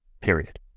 Period